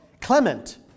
Clement